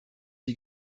die